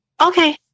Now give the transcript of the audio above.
okay